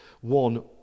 one